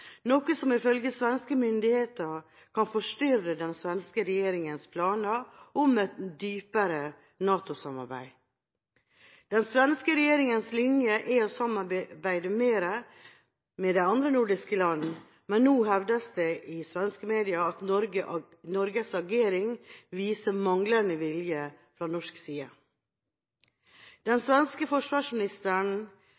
noe som ifølge svenske myndigheter kan forstyrre den svenske regjeringas planer om et dypere NATO-samarbeid. Den svenske regjeringas linje er å samarbeide mer med de andre nordiske land, men nå hevdes det i svenske medier at Norges agering viser manglende vilje fra norsk side. Den